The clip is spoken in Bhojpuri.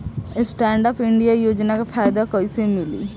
स्टैंडअप इंडिया योजना के फायदा कैसे मिली?